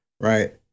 Right